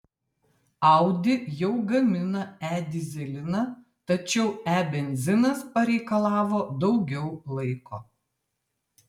audi jau gamina e dyzeliną tačiau e benzinas pareikalavo daugiau laiko